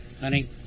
Honey